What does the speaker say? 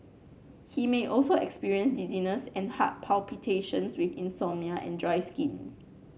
he may also experience dizziness and heart palpitations with insomnia and dry skin